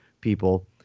people